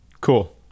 Cool